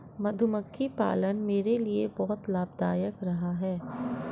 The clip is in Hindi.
मधुमक्खी पालन मेरे लिए बहुत लाभदायक रहा है